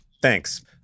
Thanks